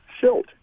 silt